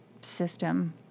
system